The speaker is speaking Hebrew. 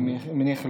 אני מניח,